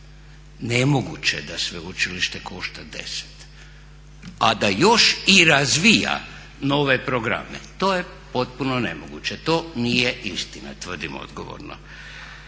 Nemoguće da sveučilište košta 10, a da još i razvija nove programe, to je potpuno nemoguće, to nije istina, tvrdim odgovorno.